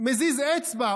מזיז אצבע,